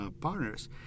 partners